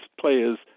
players